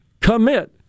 commit